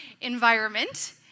environment